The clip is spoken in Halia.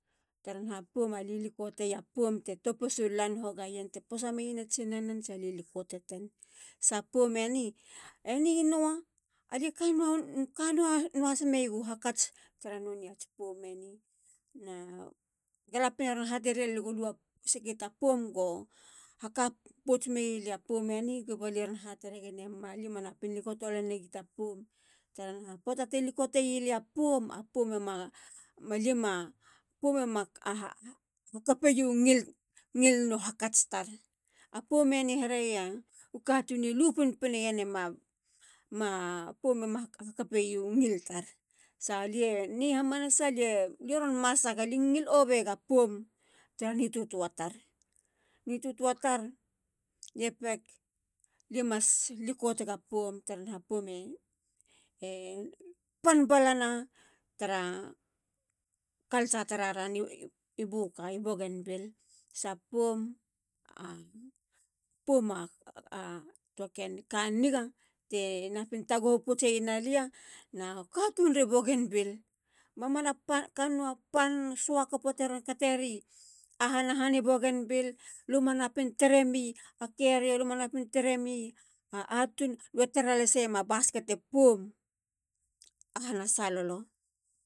Tara naha poum a lilikoteya poum te topisulan hogayen te posa meyene tsinanen sa li likoteten. sa poum eni. eni nua. alie kanuahas meyegu hakats tara nonei ats poum eni. galapien eron haterilia go sake ta poum go hakapots meyilia poum eni. kaba lie ron hateregen. alie manapin likoto lenegi ta poum. tara naha. poata ti likote yelia poum. a poum e ma hakape yo ngil no hakats tar. a poum e hereya. u katuni lu pinpineyen. a poum a ma hakapeyiu ngil tar,. sa lie. ni hamanasa. lie ron masak. lie ron ngil ova yega poum tara nitoatoa tar. nitoatoa tar. lie. nitoatoa tar. lie peg. lie mas likotega poum tara tara naha poum e. e pan balana tara culture. tara ni buka. i bougainville. sa poum. a poum a toa ken ka niga te napin taguhu potseyena lia. na u katuniri bougainville. mamana kannou a pan. no suakopo teron kateri ahana han i bougainville. luma napin taremi a atun. lue tara laseyema baskete poum. ahana salolo.